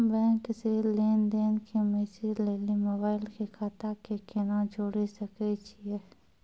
Bank से लेंन देंन के मैसेज लेली मोबाइल के खाता के केना जोड़े सकय छियै?